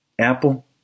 Apple